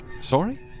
Sorry